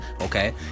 okay